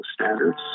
standards